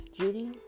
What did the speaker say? Judy